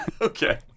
Okay